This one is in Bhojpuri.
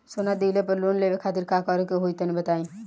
सोना दिहले पर लोन लेवे खातिर का करे क होई तनि बताई?